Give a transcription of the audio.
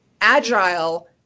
agile